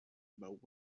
about